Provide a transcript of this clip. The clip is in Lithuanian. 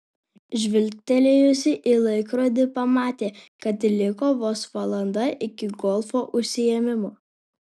žvilgtelėjusi į laikrodį pamatė kad liko vos valanda iki golfo užsiėmimo